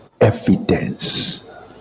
Evidence